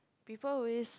before we